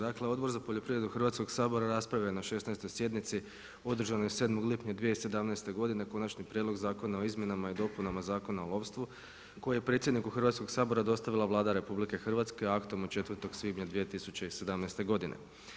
Dakle Odbor za poljoprivredu Hrvatskog sabora raspravi je na 16. sjednici održanoj 7. lipnja 2017. godine Konačni prijedlog zakona o izmjenama i dopunama Zakona o lovstvu koje je predsjedniku Hrvatskog sabora dostavila Vlada RH aktom od 4. svibnja 2017. godine.